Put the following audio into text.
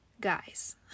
Guys